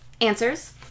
answers